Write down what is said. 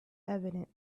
evident